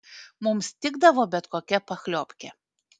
mums tikdavo bet kokia pachliobkė